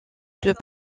des